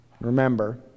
remember